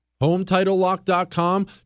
HomeTitleLock.com